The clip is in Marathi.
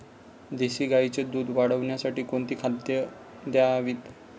देशी गाईचे दूध वाढवण्यासाठी कोणती खाद्ये द्यावीत?